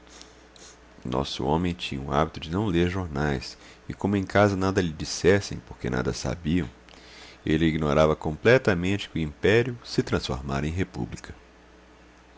nosso homem tinha o hábito de não ler jornais e como em casa nada lhe dissessem porque nada sabiam ele ignorava completamente que o império se transformara em república